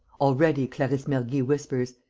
already, clarisse mergy whispers,